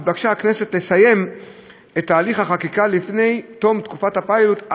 התבקשה הכנסת לסיים את תהליך החקיקה לפני תום תקופת הפיילוט,